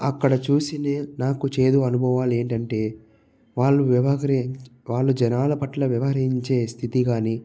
అక్కడ చూసి నేను నాకు చేదు అనుభవాలు ఏంటంటే వాళ్ళు వ్యవ వాళ్ళు జనాల పట్ల వ్యవహరించే స్థితి గాని